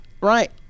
Right